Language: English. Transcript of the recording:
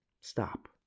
stop